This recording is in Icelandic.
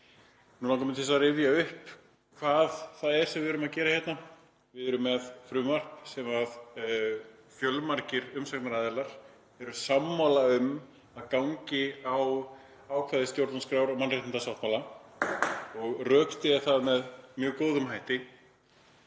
Nú langar mig til að rifja upp hvað það er sem við erum að gera hérna. Við erum með frumvarp sem fjölmargir umsagnaraðilar eru sammála um að gangi á ákvæði stjórnarskrár og mannréttindasáttmála og rökstyðja það með mjög góðum hætti.